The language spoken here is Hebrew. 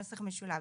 נוסח משולב.